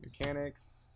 Mechanics